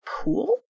pool